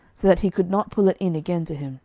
so that he could not pull it in again to him